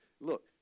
Look